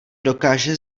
dokáže